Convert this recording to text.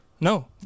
No